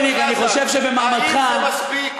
אני חושב שבמעמדך, האם זה מספיק?